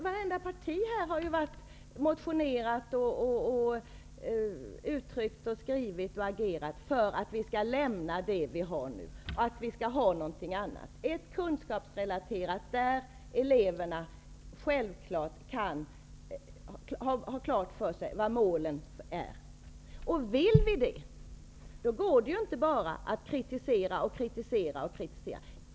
Vartenda parti här har motionerat och skrivit och agerat för att vi skall lämna det betygssystem vi har nu och att vi skall ha någonting annat, ett kunskapsrelaterat betygssystem, där eleverna har klart för sig vilka målen är. Vill vi det, går det inte att bara kritisera och kritisera och kritisera.